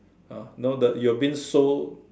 ah no doubt you've been so